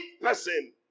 person